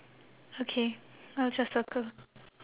okay I'll just circle